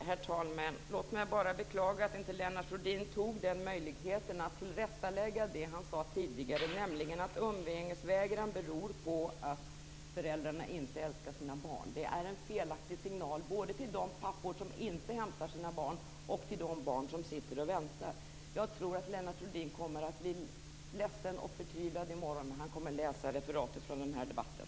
Herr talman! Jag vill bara beklaga att inte Lennart Rohdin utnyttjade den möjligheten att tillrättalägga det som han sade tidigare, nämligen att umgängesvägran beror på att föräldrarna inte älskar sina barn. Det är en felaktig signal, både till de pappor som inte hämtar sina barn och till de barn som sitter och väntar. Jag tror att Lennart Rohdin kommer att bli ledsen och förtvivlad i morgon när han läser referatet från den här debatten.